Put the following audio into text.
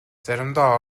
заримдаа